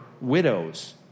widows